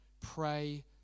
pray